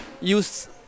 use